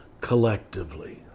collectively